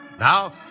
Now